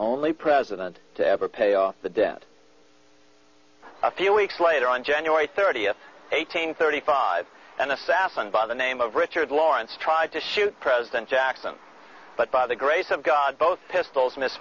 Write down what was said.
only president to ever pay off the debt a few weeks later on january thirtieth eighteen thirty five an assassin by the name of richard lawrence tried to shoot president jackson but by the grace of god both pistols mis